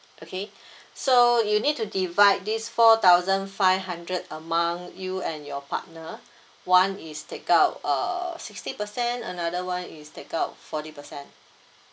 okay so you need to divide this four thousand five hundred among you and your partner one is take out err sixty percent another one is take out forty percent